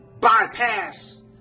bypass